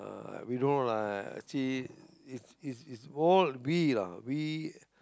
uh we know lah actually is is is all we lah we